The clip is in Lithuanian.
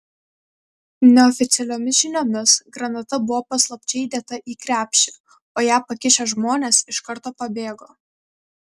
neoficialiomis žiniomis granata buvo paslapčia įdėta į krepšį o ją pakišę žmonės iš karto pabėgo